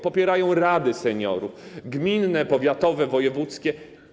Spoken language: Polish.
Popierają rady seniorów: gminne, powiatowe, wojewódzkie.